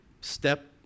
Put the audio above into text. step